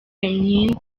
iyo